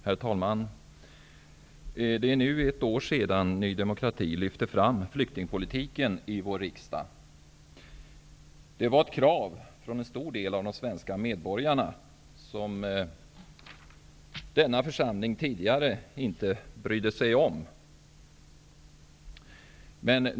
Herr talman! Det är nu ett år sedan Ny demokrati lyfte fram flyktingpolitiken i vår riksdag. Det var ett krav från en stor del av de svenska medborgarna som denna församling tidigare inte brydde sig om.